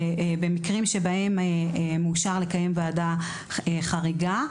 במקרים שמאושר לקיים ועדה חריגה,